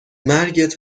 مرگت